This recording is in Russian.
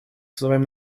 своим